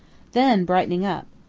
then, brightening up.